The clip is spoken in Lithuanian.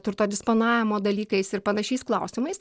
turto disponavimo dalykais ir panašiais klausimais